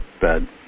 bed